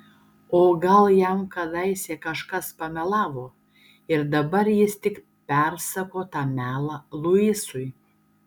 o gal jam kadaise kažkas pamelavo ir dabar jis tik persako tą melą luisui